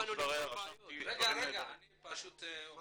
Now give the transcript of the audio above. בסוף דבריה רשמתי דברים --- אני פשוט אומר